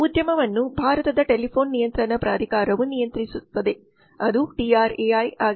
ಈ ಉದ್ಯಮವನ್ನು ಭಾರತದ ಟೆಲಿಫೋನ್ ನಿಯಂತ್ರಕ ಪ್ರಾಧಿಕಾರವು ನಿಯಂತ್ರಿಸುತ್ತದೆ ಅದು TRAI ಆಗಿದೆ